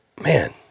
man